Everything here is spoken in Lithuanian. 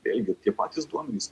vėlgi tie patys duomenys